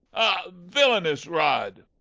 ah! villainous rod!